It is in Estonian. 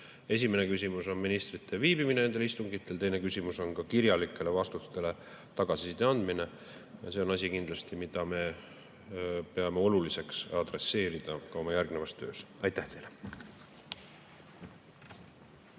Esimene küsimus on ministrite viibimine nendel istungitel, teine küsimus on kirjaliku tagasiside andmine. See on kindlasti asi, mida me peame oluliseks adresseerida ka oma järgnevas töös. Aitäh teile!